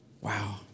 Wow